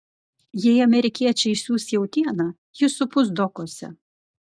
jei amerikiečiai siųs jautieną ji supus dokuose